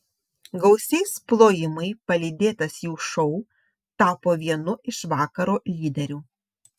gausiais plojimai palydėtas jų šou tapo vienu iš vakaro lyderių